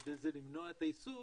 ועל ידי זה למנוע את הייסוף,